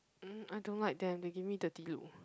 mm I don't like them they give me dirty look